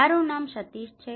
મારુ નામ સતીષ છે